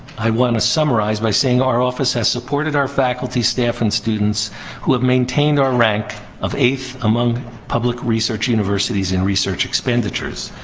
i want to summarize by saying our office has supported our faculty, staff, and students who have maintained our rank of eighth among public research universities in research expenditures.